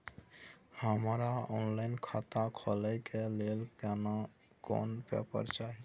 हमरा ऑनलाइन खाता खोले के लेल केना कोन पेपर चाही?